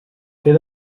fer